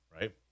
right